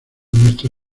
nuestra